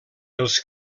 els